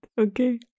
Okay